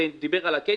ודיבר על הקייטרינג.